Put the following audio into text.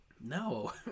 no